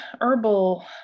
herbal